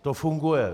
To funguje.